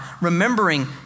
remembering